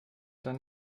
dann